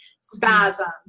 spasms